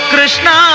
Krishna